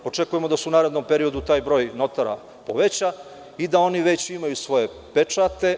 Očekujemo da se u narednom periodu broj notara poveća i da oni već imaju svoje pečate.